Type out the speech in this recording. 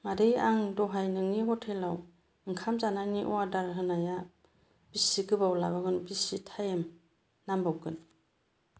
मादै आं दहाय नोंनि हटेलाव ओंखाम जानायनि अर्डार होनाया बेसे गोबाव लागौमोन बेसे टाइम नांबावगोन